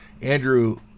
Andrew